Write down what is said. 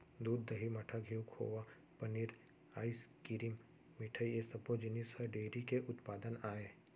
दूद, दही, मठा, घींव, खोवा, पनीर, आइसकिरिम, मिठई ए सब्बो जिनिस ह डेयरी के उत्पादन आय